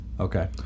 Okay